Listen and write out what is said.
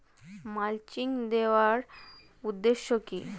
Mulching দেওয়ার উদ্দেশ্য কি?